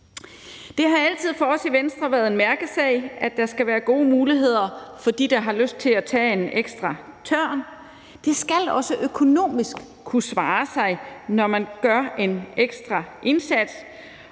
Det har altid for os i Venstre været en mærkesag, at der skal være gode muligheder for dem, der har lyst til at tage en ekstra tørn, og det skal også økonomisk kunne svare sig, når man gør en ekstra indsats,